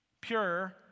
pure